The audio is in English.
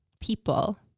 people